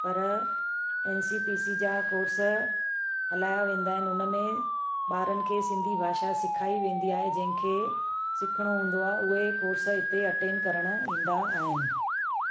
पर N C P C जा course हलाया वेंदा आहिनि हुन में ॿारनि खे सिंधी भाषा सेखारी वेंदी आहे जंहिंखे सिखिणो हूंदो आहे उहे कोर्स हिते अटेंड करण ईंदा आहिनि